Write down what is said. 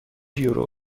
یورو